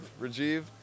Rajiv